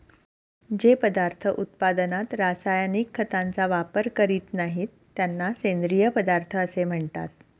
जे पदार्थ उत्पादनात रासायनिक खतांचा वापर करीत नाहीत, त्यांना सेंद्रिय पदार्थ असे म्हणतात